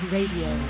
Radio